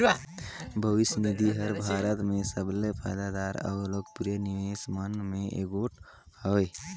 भविस निधि हर भारत में सबले फयदादार अउ लोकप्रिय निवेस मन में एगोट हवें